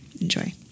Enjoy